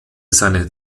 seine